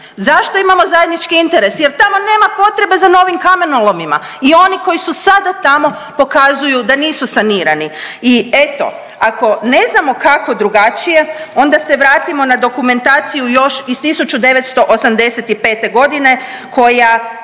Zašto imamo zajednički interes? Jer tamo nema potrebe za novim kamenolomima i oni koji su sada tamo pokazuju da nisu sanirani i eto, ako ne znamo kako drugačije, onda se vratimo na dokumentaciju još iz 1985. g. koja